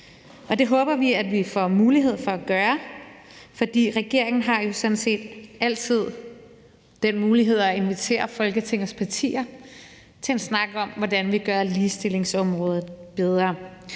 det håber vi at vi får mulighed for at gøre, for regeringen har jo sådan set altid den mulighed at invitere Folketingets partier til en snak om, hvordan vi gør ligestillingsområdet bedre.